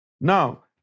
Now